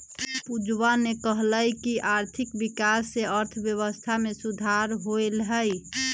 पूजावा ने कहल कई की आर्थिक विकास से अर्थव्यवस्था में सुधार होलय है